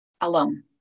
alone